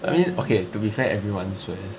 I mean okay to be fair everyone swears